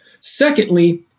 Secondly